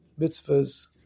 mitzvahs